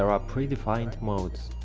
are ah predefined modes.